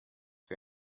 für